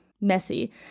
messy